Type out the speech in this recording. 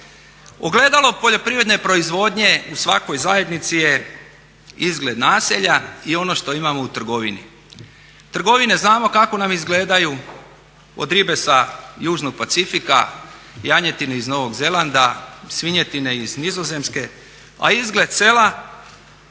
Ogledalo poljoprivredne proizvodnje u svakoj zajednici je izgled naselja i ono što imamo u trgovini. Trgovine znamo kako nam izgledaju, od ribe sa južnog Pacifika, janjetine iz Novog Zelanda, svinjetine iz Nizozemske, a izgled sela